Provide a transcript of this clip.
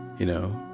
you know.